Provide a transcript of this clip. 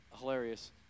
hilarious